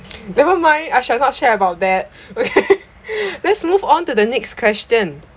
never mind I shall not share about that okay let's move on to the next question